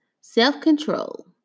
self-control